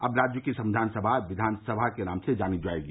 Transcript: अब राज्य की संविधान सभा विधान सभा के नाम से जानी जायेगी